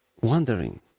wondering